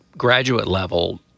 graduate-level